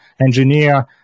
engineer